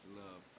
love